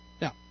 Now